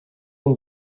and